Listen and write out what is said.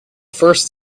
first